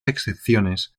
excepciones